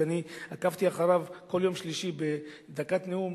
ואני עקבתי אחריו כל יום שלישי בדקת הנאום